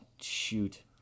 shoot